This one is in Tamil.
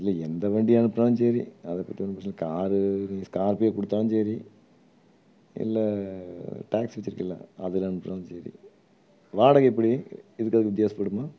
இல்லை எந்த வண்டி அனுப்புனாலும் சரி அதை பற்றி ஒன்றும் காரு நீ ஸ்கார்பியோ கொடுத்தாலும் சரி இல்லை டாக்ஸி வச்சியிருக்கீல்ல அதில் அனுப்புனாலும் சரி வாடகை எப்படி இதுக்கு அதுக்கும் வித்தியாசப்படுமா